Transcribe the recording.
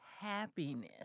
happiness